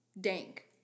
dank